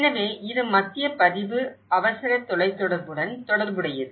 எனவே இது மத்திய பதிவு அவசர தொலைத்தொடர்புடன் தொடர்புடையது